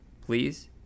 Please